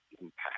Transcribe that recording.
impact